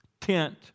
tent